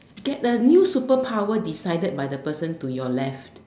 get the new superpower decided by the person to your left